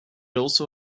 also